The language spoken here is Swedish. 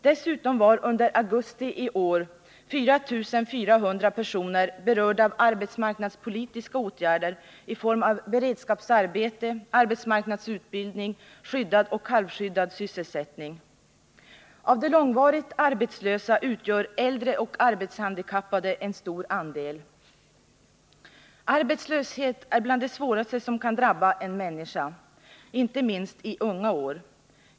Dessutom var under augusti i år 4 400 personer berörda av arbetsmarknadspolitiska åtgärder i form av beredskapsarbete, arbetsmarknadsutbildning eller skyddad och halvskyddad sysselsättning. Av de långvarigt arbetslösa utgör äldre och arbetshandikappade en stor andel. Arbetslöshet är bland det svåraste som kan drabba en människa, inte minst i ungaår.